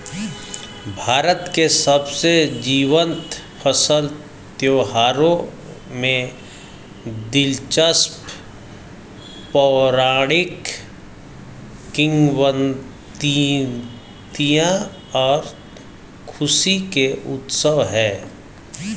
भारत के सबसे जीवंत फसल त्योहारों में दिलचस्प पौराणिक किंवदंतियां और खुशी के उत्सव है